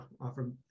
offer